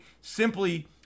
simply